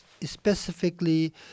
specifically